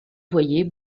voyait